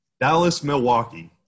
Dallas-Milwaukee